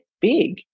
big